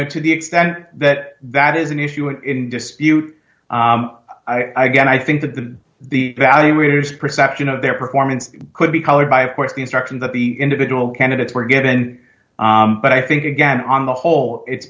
know to the extent that that is an issue in dispute i get i think that the the evaluators perception of their performance could be colored by of course the instructions that the individual candidates were given but i think again on the whole it's